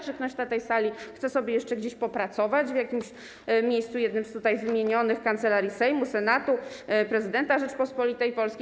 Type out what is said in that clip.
Czy ktoś na tej sali chce sobie jeszcze gdzieś popracować, w jakimś miejscu jednym z wymienionych: Kancelarii Sejmu, Senatu, Prezydenta Rzeczypospolitej Polskiej?